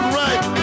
right